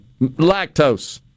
Lactose